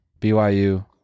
BYU